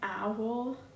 owl